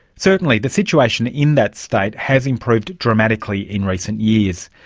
certainly the situation in that state has improved dramatically in recent years.